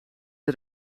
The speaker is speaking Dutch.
dat